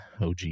OG